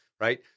Right